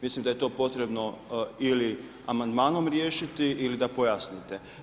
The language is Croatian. Mislim da je to potrebno ili amandmanom riješiti ili da pojasnite.